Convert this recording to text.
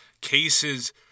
cases